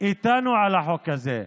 איתנו על החוק הזה.